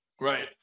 Right